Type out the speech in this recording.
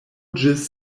ĝis